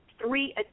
three